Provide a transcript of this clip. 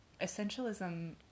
essentialism